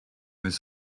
his